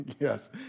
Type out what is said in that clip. Yes